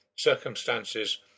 circumstances